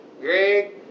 Greg